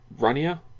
runnier